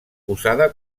usada